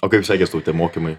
o kaip sekės tau tie mokymai